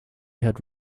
had